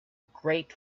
great